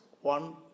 One